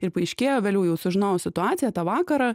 ir paaiškėjo vėliau jau sužinojau situaciją tą vakarą